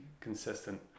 consistent